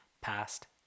past